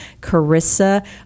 Carissa